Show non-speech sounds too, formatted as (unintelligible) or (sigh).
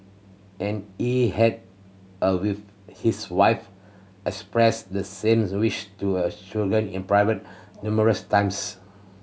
and he had a with his wife expressed the same (unintelligible) wish to a children in private numerous times